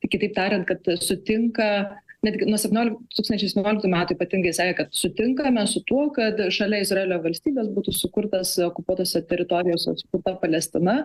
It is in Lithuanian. kitaip tariant kad sutinka netgi nuo septyniolik tūkstančiai septynioliktų metų ypatingai sakė kad sutinkame su tuo kad šalia izraelio valstybės būtų sukurtas okupuotose teritorijose sukurta palestina